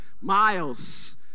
miles